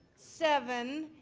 seven,